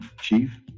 Chief